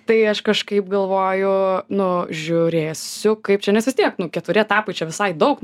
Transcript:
tai aš kažkaip galvoju nu žiūrėsiu kaip čia nes vis tiek nu keturi etapai čia visai daug